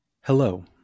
Hello